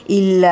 il